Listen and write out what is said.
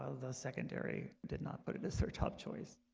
the secondary did not put it as their top choice